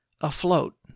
afloat